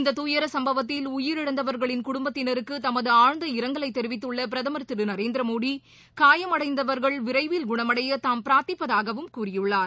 இந்த துயரசுப்பவத்தில் உயிரிழந்தவர்களின் குடுப்பத்தினருக்கு தமத ஆழ்ந்த இரங்கலை தெரிவித்துள்ள பிரதமர் திரு நரேந்திரமோடி காயமடைந்தவர்கள் விரைவில் குணமடைய தாம் பிரார்த்திப்பதாகவும் கூறியுள்ளார்